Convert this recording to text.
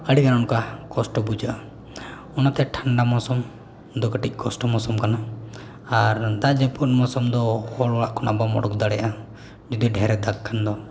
ᱟᱹᱰᱤᱜᱟᱱ ᱚᱱᱠᱟ ᱠᱚᱥᱴᱚ ᱵᱩᱡᱷᱟᱹᱜᱼᱟ ᱚᱱᱟᱛᱮ ᱴᱷᱟᱱᱰᱟ ᱢᱳᱥᱳᱢ ᱫᱚ ᱠᱟᱹᱴᱤᱡ ᱠᱚᱥᱴᱚ ᱢᱳᱣᱥᱳᱢ ᱠᱟᱱᱟ ᱟᱨ ᱫᱟᱜ ᱡᱟᱹᱯᱩᱫ ᱢᱳᱣᱥᱳᱢ ᱫᱚ ᱦᱚᱲ ᱚᱲᱟᱜ ᱠᱷᱚᱱᱟᱜ ᱵᱟᱢ ᱚᱰᱚᱠ ᱫᱟᱲᱮᱭᱟᱜᱼᱟ ᱡᱩᱫᱤ ᱰᱷᱮᱨᱮ ᱫᱟᱜ ᱠᱷᱟᱱ ᱫᱚ